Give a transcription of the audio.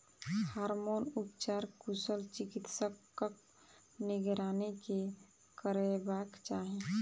hormone उपचार कुशल चिकित्सकक निगरानी मे करयबाक चाही